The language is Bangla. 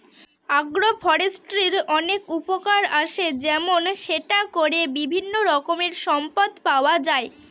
আগ্র ফরেষ্ট্রীর অনেক উপকার আসে যেমন সেটা করে বিভিন্ন রকমের সম্পদ পাওয়া যায়